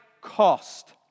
cost